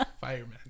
Fireman